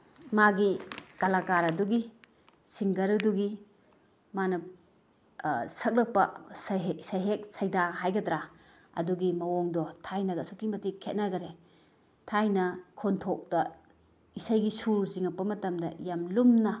ꯃꯥꯒꯤ ꯀꯂꯥꯀꯥꯔ ꯑꯗꯨꯒꯤ ꯁꯤꯡꯒꯔꯗꯨꯒꯤ ꯃꯥꯅ ꯁꯛꯂꯛꯄ ꯁꯩꯍꯦꯛ ꯁꯩꯗꯥ ꯍꯥꯏꯒꯗ꯭ꯔꯥ ꯑꯗꯨꯒꯤ ꯃꯑꯣꯡꯗꯣ ꯊꯥꯏꯅꯒ ꯑꯁꯨꯛꯀꯤ ꯃꯇꯤꯛ ꯈꯦꯠꯅꯈ꯭ꯔꯦ ꯊꯥꯏꯅ ꯈꯣꯟꯊꯣꯛꯇ ꯏꯁꯩꯒꯤ ꯁꯨꯔ ꯆꯤꯡꯉꯛꯄ ꯃꯇꯝꯗ ꯌꯥꯝ ꯂꯨꯝꯅ